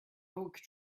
oak